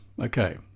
Okay